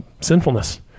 sinfulness